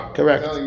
Correct